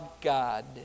God